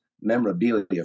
memorabilia